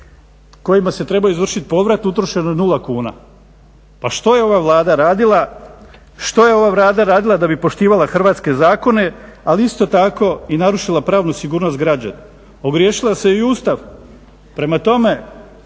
kojima se treba izvršiti povrat utrošeno je 0 kuna. Pa što je ova Vlada radila da bi poštivala hrvatske zakone, ali isto i narušila pravnu sigurnost građana. Ogriješila se i o Ustav. Prema tome,